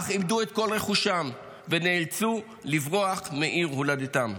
אך איבדו את כל רכושם ונאלצו לברוח מעיר מולדתם.